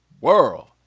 world